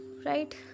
right